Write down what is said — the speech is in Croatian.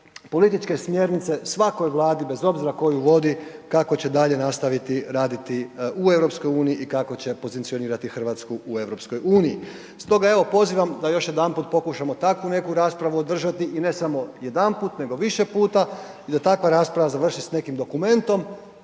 političke smjernice svakoj Vladi bez obzira tko ju vodi kako će dalje nastaviti raditi u EU i kako će pozicionirati RH u EU. Stoga evo pozivam da još jedanput pokušamo takvu neku raspravu održati i ne samo jedanput nego više puta i da takva rasprava završi s nekim dokumentom,